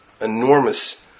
enormous